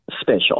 special